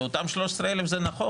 זה שאלו אותם ה-13,000 זה נכון,